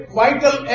vital